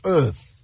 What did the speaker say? earth